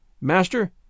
Master